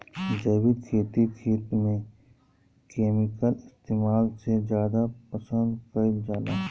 जैविक खेती खेत में केमिकल इस्तेमाल से ज्यादा पसंद कईल जाला